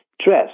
stress